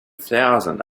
thousand